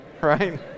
right